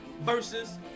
versus